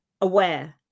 aware